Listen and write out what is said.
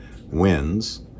wins